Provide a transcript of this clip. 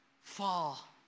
fall